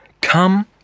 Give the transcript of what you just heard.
Come